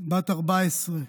בת ה-14,